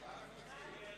הצעת סיעת